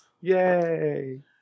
Yay